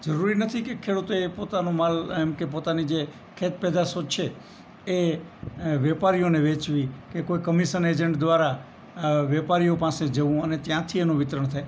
જરૂરી નથી કે ખેડૂતો એ પોતાનો માલ એમ કે પોતાની જે ખેત પેદાશો છે એ વેપારીઓને વેચવી કે કોઈ કમિસન એજન્ટ દ્વારા આ વેપારીઓ પાસે જવું અને ત્યાંથી એનું વિતરણ થાય